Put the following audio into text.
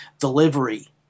delivery